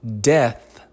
death